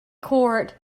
court